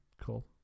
Cool